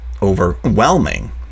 overwhelming